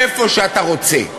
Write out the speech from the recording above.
איפה שאתה רוצה.